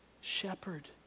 Shepherd